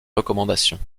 recommandations